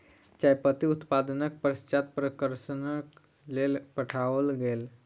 चाय पत्ती उत्पादनक पश्चात प्रसंस्करणक लेल पठाओल गेल